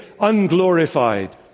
unglorified